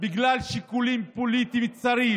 בגלל שיקולים פוליטיים צרים